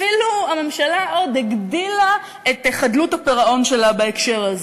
אפילו הממשלה עוד הגדילה את חדלות הפירעון שלה בהקשר הזה.